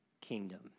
kingdom